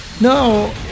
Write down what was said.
No